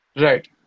Right